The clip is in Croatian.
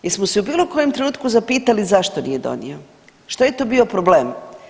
Jesmo se u bilo kojem trenutku zapitali zašto nije donio, što je to bio problem?